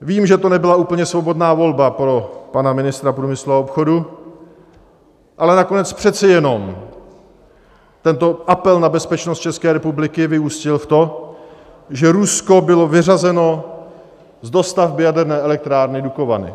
Vím, že to nebyla úplně svobodná volba pro pana ministra průmyslu a obchodu, ale nakonec přece jenom tento apel na bezpečnost České republiky vyústil v to, že Rusko bylo vyřazeno z dostavby Jaderné elektrárny Dukovany.